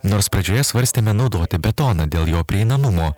nors pradžioje svarstėme naudoti betoną dėl jo prieinamumo